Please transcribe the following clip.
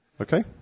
Okay